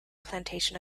plantation